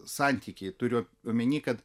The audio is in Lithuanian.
santykį turiu omeny kad